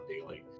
daily